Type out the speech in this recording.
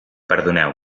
perdoneu